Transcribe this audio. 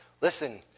Listen